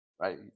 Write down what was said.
Right